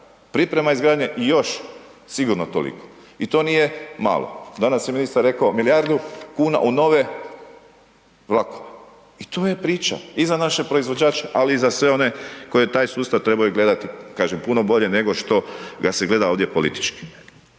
priprema izgradnje i još sigurno toliko i to nije malo, danas je ministar rekao milijardu kuna u nove vlakove i to je priča i za naše proizvođače, ali i za sve one koji taj sustav trebaju gledati kažem puno bolje nego što ga se gleda ovdje politički.